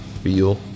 Feel